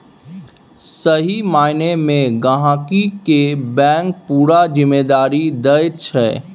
सही माइना मे गहिंकी केँ बैंक पुरा जिम्मेदारी दैत छै